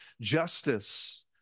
justice